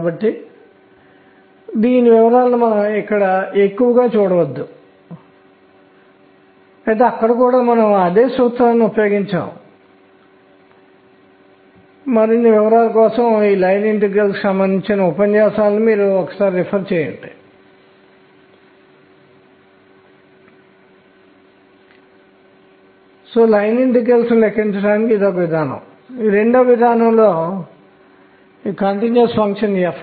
కాబట్టి విషయాలు ఎలా పురోగమిస్తాయో చెప్పడానికి నేను ఇదంతా చేస్తున్నాను మరియు ఇవి మన మనస్సులో ఒకసారి ఉంటే ష్రోడింగర్ Schrödinger సమీకరణాన్ని పరిష్కరించినప్పుడు తర్వాత ఏమి జరుగుతుందో తెలుసుకోవడం చాలా సులభం కానీ ఇవి ప్రయోగాత్మకంగా తనిఖీ చేయగల విషయాలు